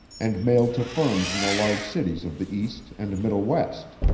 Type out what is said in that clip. and mailed to firms in the large cities of the east and middle west.